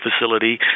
facility